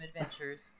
adventures